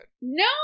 No